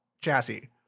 chassis